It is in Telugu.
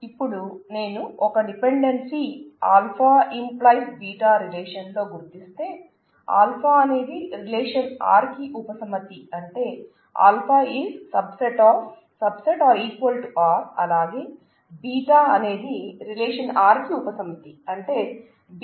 ఇపుడు నెను ఒక డిపెండెన్సీనీ α → β రిలేషన్లో గుర్తిస్తే α అనేది రిలేషన్ R కి ఉప సమితి అంటే α R అలాగే β అనేది రిలేషన్ R కి ఉప సమితి అంటే β R